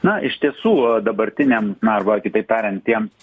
na iš tiesų dabartiniam na arba kitaip tariant tiems